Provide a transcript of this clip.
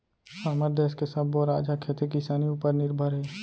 हमर देस के सब्बो राज ह खेती किसानी उपर निरभर हे